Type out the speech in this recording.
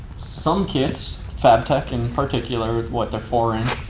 some kits, fabtech in particular, with what? the four inch.